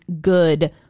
good